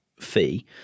fee